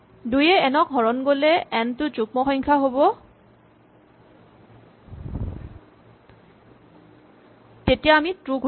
২ য়ে এন ক হৰণ গ'লে এন টো যুগ্ম সংখ্যা হ'ব তেতিয়া আমি ট্ৰো ঘূৰাম